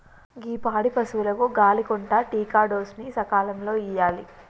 గీ పాడి పసువులకు గాలి కొంటా టికాడోస్ ని సకాలంలో ఇయ్యాలి